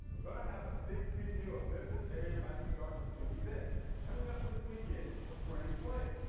we're going to have a sneak preview of memphis area master gardeners' big event coming up this weekend, spring fling.